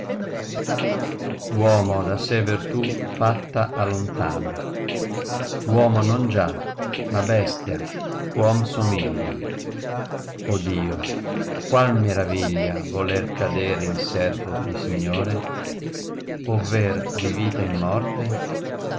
uomo da se vertù fatta ha lontana uomo non già ma bestia ch qom somiglia o dio qual meraviglia voler cadere in servo di signore ovver di vita in morte